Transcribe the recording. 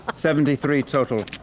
seventy three total.